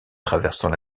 traversant